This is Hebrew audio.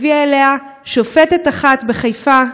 הביאה אליה שופטת אחת בחיפה.